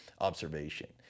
observation